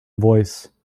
voice